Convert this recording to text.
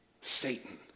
Satan